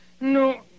No